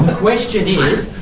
question is,